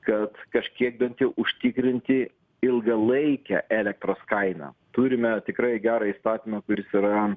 kad kažkiek bent jau užtikrinti ilgalaikę elektros kainą turime tikrai gerą įstatymą kuris yra